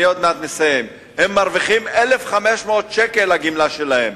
הם מרוויחים 1,500 ש"ח, הגמלה שלהם,